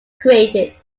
created